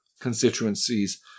constituencies